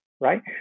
right